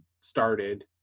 started